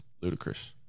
ludicrous